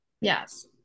Yes